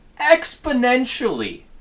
exponentially